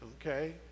okay